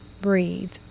Breathe